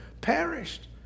perished